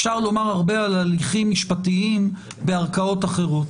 אפשר לומר הרבה על הליכים משפטיים בערכאות אחרות.